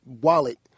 wallet